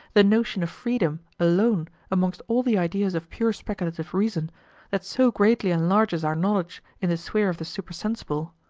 the notion of freedom alone amongst all the ideas of pure speculative reason that so greatly enlarges our knowledge in the sphere of the supersensible,